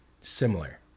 similar